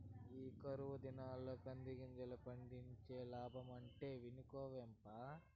ఈ కరువు దినాల్ల కందిగింజలు పండించి లాబ్బడమంటే ఇనుకోవేమప్పా